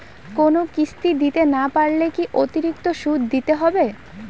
কোনো কিস্তি দিতে না পারলে কি অতিরিক্ত সুদ দিতে হবে?